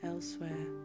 Elsewhere